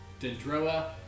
Dendroa